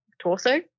torso